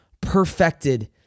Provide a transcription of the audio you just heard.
perfected